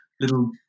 little